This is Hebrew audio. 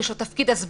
יש לו תפקיד הסברתי.